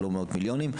לא מאות מיליונים,